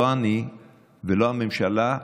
לא אני ולא הממשלה,